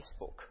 Facebook